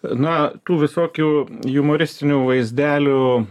na tų visokių jumoristinių vaizdelių